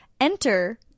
Enter